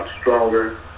stronger